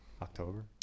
October